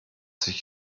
sich